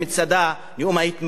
נאום ההתאבדות.